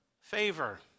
favor